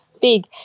big